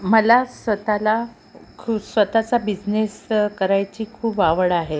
मला स्वत ला खु स्वत चा बिजनेस करायची खूप आवड आहे